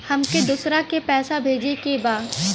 हमके दोसरा के पैसा भेजे के बा?